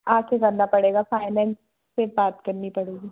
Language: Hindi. आठ से ज़्यादा पड़ेगा फ़ाइनेन्स फिर बात करनी पड़ेगी